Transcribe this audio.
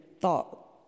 thought